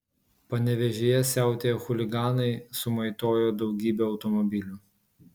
panevėžyje siautėję chuliganai sumaitojo daugybę automobilių